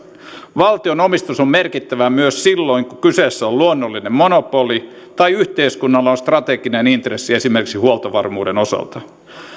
valtion omistus on merkittävää myös silloin kun kyseessä on luonnollinen monopoli tai yhteiskunnalla on strateginen intressi esimerkiksi huoltovarmuuden osalta